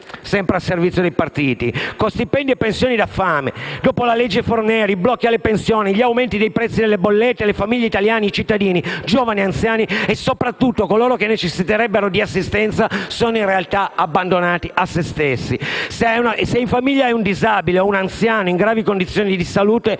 sempre al servizio dei partiti. Con stipendi e pensioni da fame, dopo la legge Fornero, i blocchi alle pensioni, gli aumenti dei prezzi delle bollette, le famiglie italiane, i cittadini giovani e anziani e soprattutto coloro che necessiterebbero di assistenza sono in realtà abbandonati a se stessi. Se in famiglia hai un disabile o un anziano in gravi condizioni di salute,